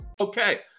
Okay